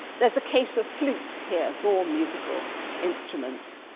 there's a case of flutes here, more musical instruments.